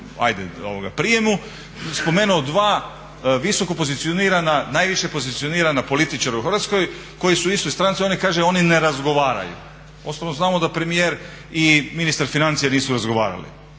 prijemu spomenuo dva visoko pozicionirana, najviše pozicionirana političara u Hrvatskoj koji su u istoj stranici oni kažu da oni ne razgovaraju. Uostalom znamo da premijer i ministar financija nisu razgovarali,